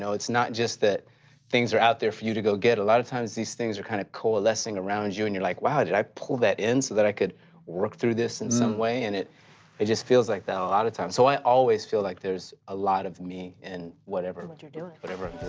so it's not just that things are out there for you to go get, a lot of times these things are kind of coalescing around you and you're like, wow, did i pull that in so that i could work through this in some way, and it it just feels like that a lot of time. so i always feel like there's a lot of me in whatever it what you're doing. whatever